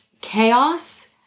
chaos